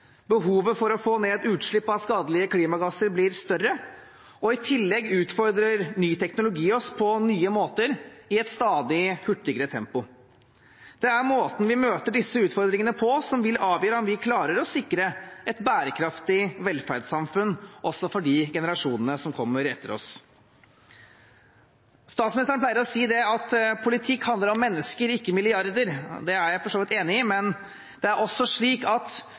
behovet for å få ned utslipp av skadelige klimagasser blir større, og i tillegg utfordrer ny teknologi oss på nye måter i et stadig hurtigere tempo. Det er måten vi møter disse utfordringene på, som vil avgjøre om vi klarer å sikre et bærekraftig velferdssamfunn også for de generasjonene som kommer etter oss. Statsministeren pleier å si at politikk handler om mennesker, ikke milliarder. Det er jeg for så vidt enig i, men det er også slik at